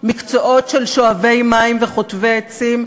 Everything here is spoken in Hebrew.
מקצועות של שואבי מים וחוטבי עצים?